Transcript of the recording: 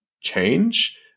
change